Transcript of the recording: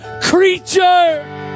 creature